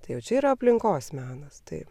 tai jau čia yra aplinkos menas tai